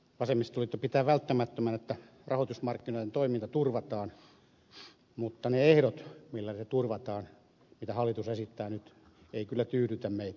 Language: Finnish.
vasemmistoliitto pitää välttämättömänä että rahoitusmarkkinoiden toiminta turvataan mutta ne ehdot joilla se turvataan ja joita hallitus esittää nyt eivät kyllä tyydytä meitä